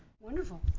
Wonderful